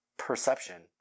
perception